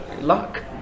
luck